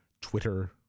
Twitter